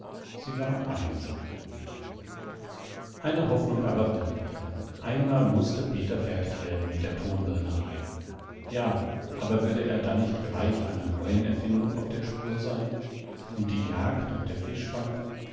sie war einsam eine hoffnung aber blieb ihr einmal mußte peter fertig werden mit der tonbrennerei ja aber würde er dann nicht gleich einer neuen erfindung auf der spur sein und die jagd und der fischfang